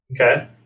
Okay